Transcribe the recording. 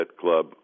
Club